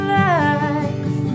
life